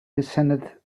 descended